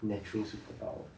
natural superpowers